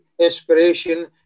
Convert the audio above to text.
inspiration